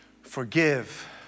forgive